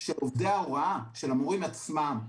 של עובדי ההוראה, של המורים עצמם.